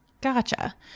Gotcha